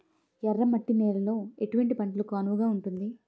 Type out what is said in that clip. ఎర్ర మట్టి నేలలో ఎటువంటి పంటలకు అనువుగా ఉంటుంది?